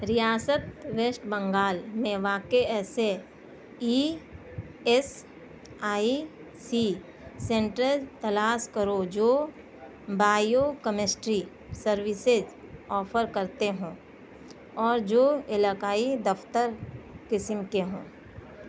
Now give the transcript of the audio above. ریاست ویسٹ بنگال میں واقع ایسے E S I C centres تلاش کرو جو بائیو کیمسٹری سروسیز آفر کرتے ہوں اور جو علاقائی دفتر قسم کے ہوں